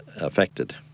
affected